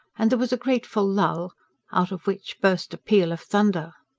and there was a grateful lull out of which burst a peal of thunder.